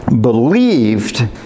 believed